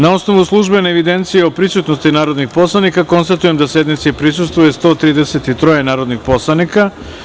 Na osnovu službene evidencije o prisutnosti narodnih poslanika, konstatujem da sednici prisustvuje 133 narodnih poslanika.